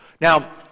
Now